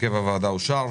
הרכב הוועדה אושר.